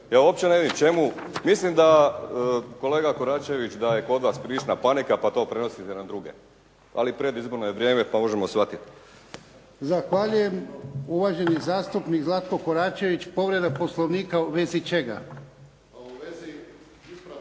Ja uopće ne vidim čemu. Mislim kolega Koračević da je kod vas prilična panika, pa to prenosite na druge. Ali predizborno je vrijeme, pa možemo shvatiti. **Jarnjak, Ivan (HDZ)** Zahvaljujem. Uvaženi zastupnik Zlatko Koračević, povreda Poslovnika, u vezi čega?